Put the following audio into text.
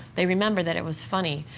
they remember that it was funny,